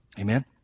Amen